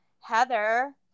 Heather